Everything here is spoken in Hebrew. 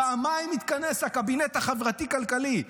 פעמיים התכנס הקבינט החברתי-כלכלי.